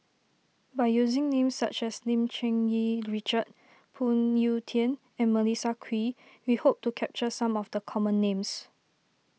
by using names such as Lim Cherng Yih Richard Phoon Yew Tien and Melissa Kwee we hope to capture some of the common names